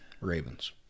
Ravens